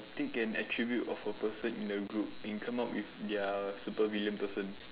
take an attribute of a person in a group and come up with their supervillain person